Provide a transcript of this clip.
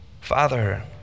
Father